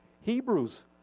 Hebrews